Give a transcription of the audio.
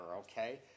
okay